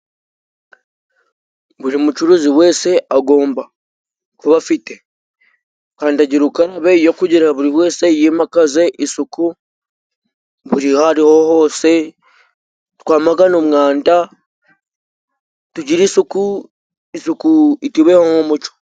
Buri mucuruzi wese agomba kuba afite kandagirakarabe yo kugira ngo buri wese yimakaze isuku buri aho ariho hose, twamagane umwanda, tugire isuku, isuku itubeho nk'umuco.